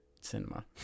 cinema